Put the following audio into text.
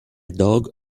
dog